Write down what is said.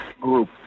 group